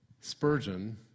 Spurgeon